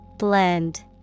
Blend